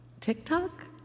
TikTok